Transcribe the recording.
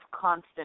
constant